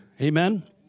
Amen